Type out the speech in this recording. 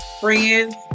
friends